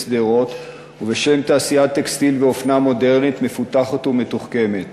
בשדרות ובשם תעשיית טקסטיל ואופנה מודרנית מפותחת ומתוחכמת.